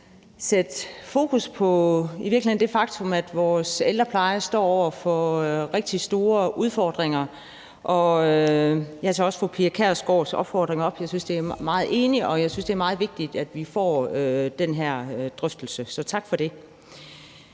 virkeligheden det faktum, at vores ældrepleje står over for rigtig store udfordringer. Jeg tager også fru Pia Kjærsgaards opfordring op. Jeg er meget enig, og jeg synes, det er meget vigtigt, at vi får den her drøftelse, så tak for det.